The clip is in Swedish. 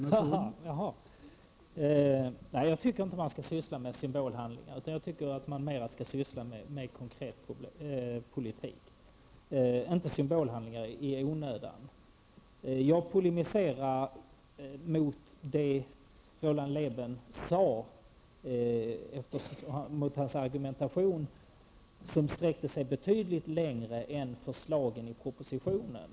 Herr talman! Jag tycker inte att man i onödan skall syssla med symbolhandlingar -- jag tycker att man skall syssla med konkret politik. Jag polemiserade mot Roland Lébens argumentation, som sträckte sig betydligt längre än förslagen i propositionen.